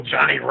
Johnny